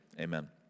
Amen